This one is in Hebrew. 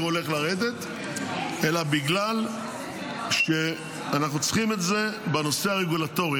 הולך לרדת אלא בגלל שאנחנו צריכים את זה בנושא הרגולטורי.